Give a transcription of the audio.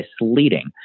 misleading